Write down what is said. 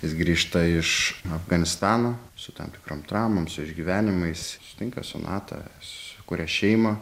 jis grįžta iš afganistano su tam tikrom traumom su išgyvenimais sutinka sonatą sukuria šeimą